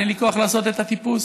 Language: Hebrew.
אין לי כוח לעשות את הטיפוס,